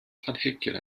planhigion